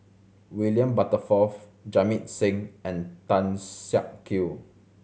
William Butterworth Jamit Singh and Tan Siak Kew